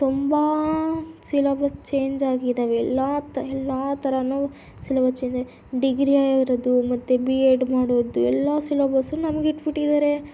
ತುಂಬ syllabus change ಆಗಿದ್ದಾವೆ ಎಲ್ಲ ತ ಎಲ್ಲ ಥರನೂ ಸಿಲೆಬಸ್ ಚೇಂಜ್ ಆಗಿ ಡಿಗ್ರಿಯವರದ್ದು ಮತ್ತೆ ಬಿ ಎಡ್ ಮಾಡೋರ್ದು ಎಲ್ಲ ಸಿಲೆಬಸ್ಸು ನಮಗೆ ಇಟ್ಬಿಟ್ಟಿದ್ದಾರೆ